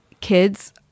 kids